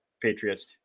Patriots